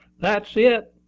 that's it,